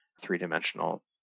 three-dimensional